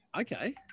Okay